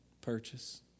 purchase